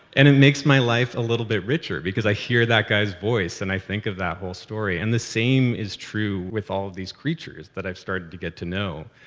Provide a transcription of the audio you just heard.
and it makes my life a little bit richer, because i hear that guy's voice. and i think of that whole story. and the same is true with all of these creatures that i've started to get to know,